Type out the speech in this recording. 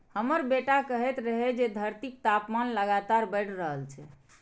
हमर बेटा कहैत रहै जे धरतीक तापमान लगातार बढ़ि रहल छै